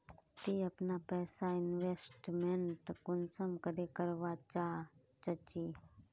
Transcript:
ती अपना पैसा इन्वेस्टमेंट कुंसम करे करवा चाँ चची?